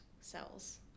cells